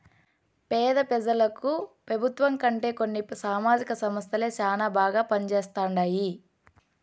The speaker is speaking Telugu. పేద పెజలకు పెబుత్వం కంటే కొన్ని సామాజిక సంస్థలే శానా బాగా పంజేస్తండాయి